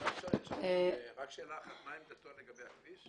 --- אפשר לשאול אותו רק שאלה אחת מה היא עמדתו לגבי הכביש?